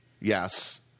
Yes